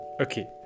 Okay